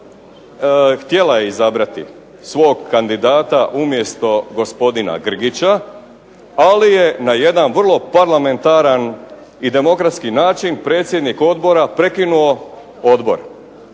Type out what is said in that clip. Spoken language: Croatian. htjela je izabrati svog kandidata umjesto gospodina Grgića, ali je na jedan vrlo parlamentaran i demokratski način predsjednik odbora prekinuo odbor.